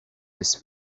this